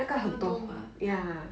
flower dome ah